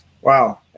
Wow